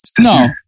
No